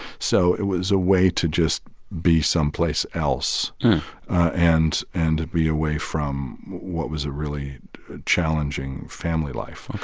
so it was a way to just be someplace else and and to be away from what was a really challenging family life. like